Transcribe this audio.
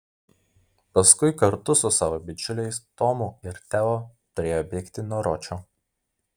paskui kartu su savo bičiuliais tomu ir teo turėjo bėgti nuo ročo